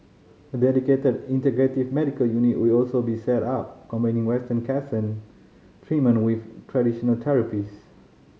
a dedicated integrative medical unit will also be set up combining western cancer treatment with traditional therapies